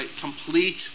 complete